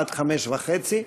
עד 17:30,